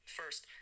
first